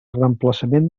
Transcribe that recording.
reemplaçament